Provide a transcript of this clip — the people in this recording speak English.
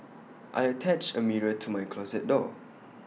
I attached A mirror to my closet door